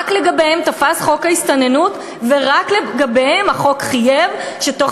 רק לגביהם תפס חוק ההסתננות ורק לגביהם החוק חייב שתוך